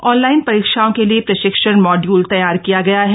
online परीक्षाओं के लिए प्रशिक्षण मॉड्यूल तैयार किया गया है